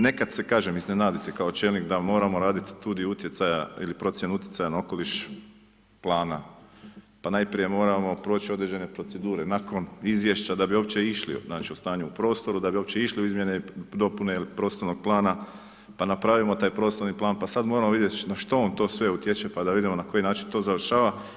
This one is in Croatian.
Nekad se kažem iznenadite kao čelnik da moramo raditi studij utjecaja ili procjenu utjecaja na okoliš plana, pa najprije moramo proći određene procedure nakon izvješća da bi uopće išli… [[Govornik se ne razumije]] u prostoru, da bi uopće išli u izmjene i dopune prostornog plana, pa napravimo taj prostorni plan, pa sad moramo vidjeti na što on to sve utječe, pa da vidimo na koji način to završava.